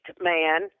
man